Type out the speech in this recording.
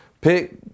pick